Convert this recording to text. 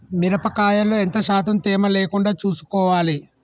మిరప కాయల్లో ఎంత శాతం తేమ లేకుండా చూసుకోవాలి?